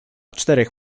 czterech